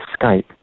Skype